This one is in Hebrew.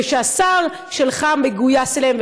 ושהשר שלך מגויס אליהן,